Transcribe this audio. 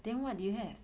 then what do you have